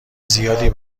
زیادی